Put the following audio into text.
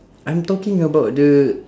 I'm talking about the